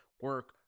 Work